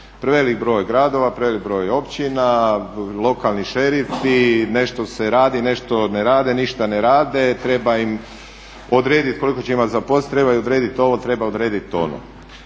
Prevelik broj gradova, prevelik broj općina, lokalni šerifi, nešto se radi, nešto ne rade, ništa ne rade, treba im odrediti koliko će imati zaposlenih, treba odrediti ovo, treba odrediti ono.